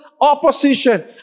opposition